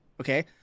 okay